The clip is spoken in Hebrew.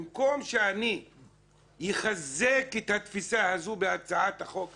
במקום שאני אחזק את התפיסה הזאת בהצעת החוק הזאת,